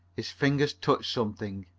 his fingers touched something.